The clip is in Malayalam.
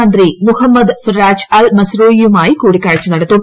മന്ത്രി മുഹമ്മദ് ഫറാച്ച് അൽ മസ്റോയിയുമായി കൂടിക്കാഴ്ച നടത്തും